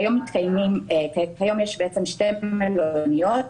כיום יש שתי מלוניות,